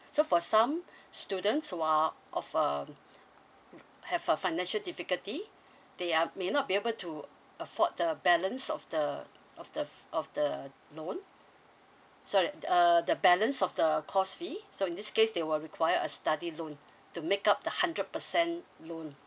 so for some students who are of um have a financial difficulty they are may not be able to afford the balance of the of the of the loan sorry uh the balance of the course fee so in this case they will require a study loan to make up the hundred percent loan